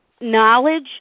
knowledge